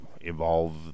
evolve